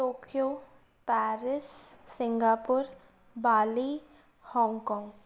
Tokyo Paris Singapore Bali Hong Kong